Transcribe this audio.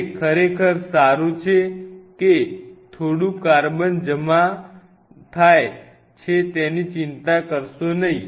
તે ખરેખર સારું છે કે થોડું કાર્બન ત્યાં જમા થાય છે જેની ચિંતા કરશો નહીં